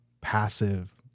passive